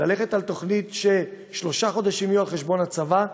ללכת על תוכנית ששלושה חודשים יהיו על חשבון הצבא,